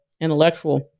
intellectual